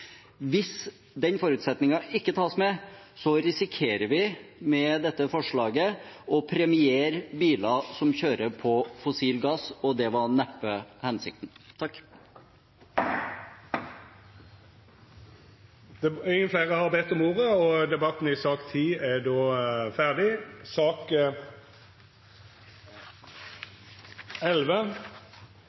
Hvis den forutsetningen ikke tas med, risikerer vi med dette forslaget å premiere biler som kjører på fossil gass, og det var neppe hensikten. Fleire har ikkje bedt om ordet til sak nr. 10. Etter ønske frå energi- og